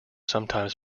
sometimes